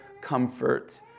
comfort